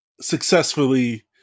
successfully